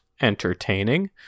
entertaining